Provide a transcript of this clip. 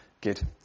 good